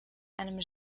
einem